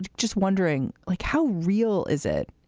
just wondering, like, how real is it?